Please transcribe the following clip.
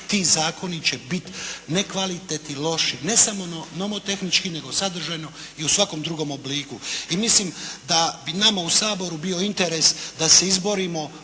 ti zakoni će bit nekvalitetni, loši, ne samo nomotehnički, nego sadržajno i u svakom drugom obliku. I mislim da bi nama u Saboru bio interes da se izborimo